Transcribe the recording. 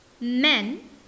men